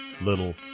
little